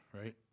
right